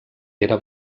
era